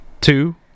Two